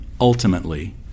Ultimately